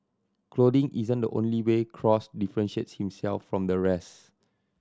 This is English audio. clothing isn't the only way Cross differentiates himself from the rest